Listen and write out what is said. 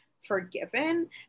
forgiven